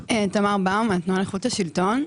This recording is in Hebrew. אני מהתנועה לאיכות השלטון.